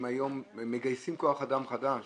הם היום מגייסים כוח אדם חדש.